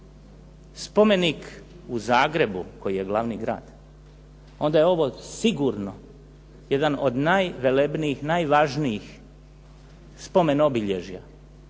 spomenik u Zagrebu koji je glavni grad, onda je ovo sigurno jedan od najvelebnijih, najvažnijih spomen obilježja